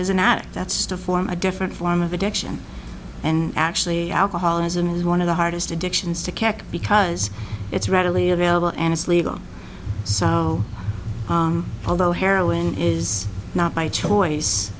addict that's to form a different form of addiction and actually alcoholism is one of the hardest addictions to kick because it's readily available and it's legal so although heroin is not by choice